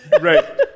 Right